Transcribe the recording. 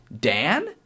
Dan